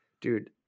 dude